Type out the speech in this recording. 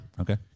Okay